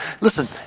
listen